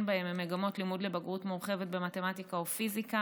בהם מגמות לימוד לבגרות מורחבת במתמטיקה ופיזיקה,